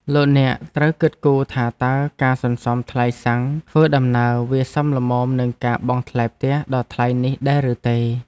លោកអ្នកត្រូវគិតគូរថាតើការសន្សំថ្លៃសាំងធ្វើដំណើរវាសមល្មមនឹងការបង់ថ្លៃផ្ទះដ៏ថ្លៃនេះដែរឬទេ។